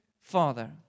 father